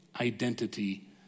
identity